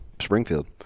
Springfield